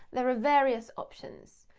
there are various options.